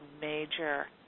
major